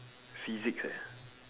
physics eh